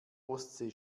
ostsee